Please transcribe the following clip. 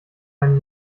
einen